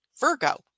Virgo